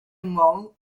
mall